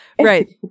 Right